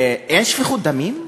אין שפיכות דמים?